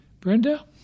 Brenda